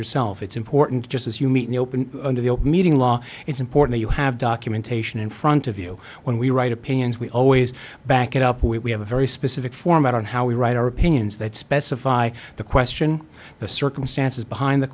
yourself it's important just as you mean open to the open meeting law it's important you have documentation in front of you when we write opinions we always back it up we have a very specific format on how we write our opinions that specify the question the circumstances behind the